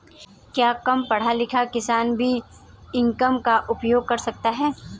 क्या कम पढ़ा लिखा किसान भी ई कॉमर्स का उपयोग कर सकता है?